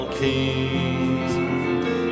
kings